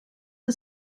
are